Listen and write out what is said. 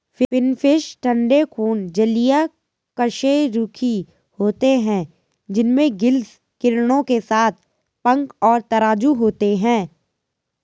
finfish ठंडे खून जलीय कशेरुकी होते हैं जिनमें गिल्स किरणों के साथ पंख और तराजू होते हैं